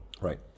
Right